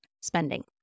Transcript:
spending